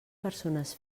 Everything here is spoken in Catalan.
persones